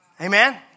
Amen